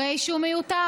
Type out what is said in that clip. הרי שהוא מיותר,